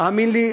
האמן לי,